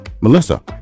Melissa